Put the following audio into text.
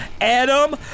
Adam